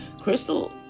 Crystal